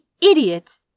idiot